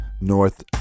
North